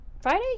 Friday